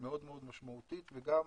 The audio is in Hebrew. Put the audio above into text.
מאוד מאוד משמעותית, וגם